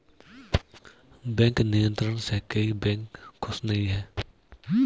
bank नियंत्रण से कई बैंक खुश नही हैं